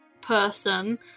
person